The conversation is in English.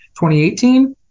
2018